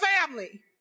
family